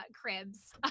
Cribs